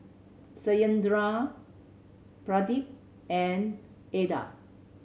Satyendra Pradip and Atal